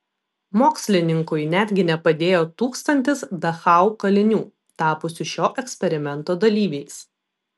mokslininkui netgi nepadėjo tūkstantis dachau kalinių tapusių šio eksperimento dalyviais